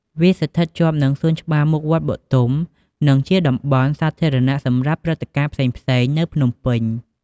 វាស្ថិតជាប់នឹងសួនច្បារមុខវត្តបុទុម និងជាតំបន់សាធារណៈសម្រាប់ព្រឹត្តិការណ៍ផ្សេងៗ នៅភ្នំពេញ។